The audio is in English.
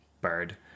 bird